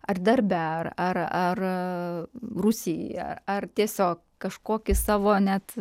ar darbe ar ar ar rūsy ar tiesiog kažkokį savo net